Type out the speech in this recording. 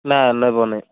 ନା ନେବ ନାହିଁ